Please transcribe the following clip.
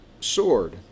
sword